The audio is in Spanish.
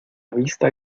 vista